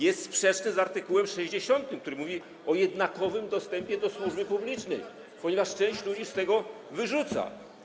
Jest też sprzeczny z art. 60, który mówi o jednakowym dostępie do służby publicznej, ponieważ część ludzi z tego wyrzuca.